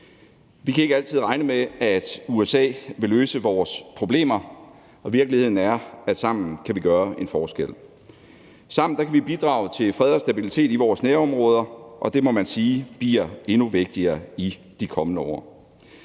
Vi kan ikke altid regne med, at USA vil løse vores problemer, og virkeligheden er, at sammen kan vi gøre en forskel. Sammen kan vi bidrage til fred og stabilitet i vores nærområder, og det må man sige bliver endnu vigtigere i de kommende år.